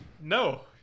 No